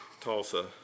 Tulsa